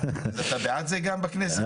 אתה בעד זה שכך זה יהיה בכנסת?